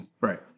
Right